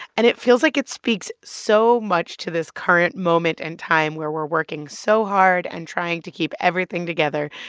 and it feels like it speaks so much to this current moment in and time, where we're working so hard and trying to keep everything together.